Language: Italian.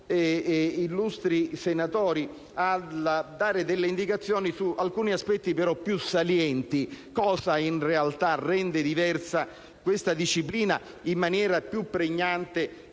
illustri senatori, a dare delle indicazioni su alcuni aspetti più salienti: cosa in realtà rende diversa questa disciplina in maniera più pregnante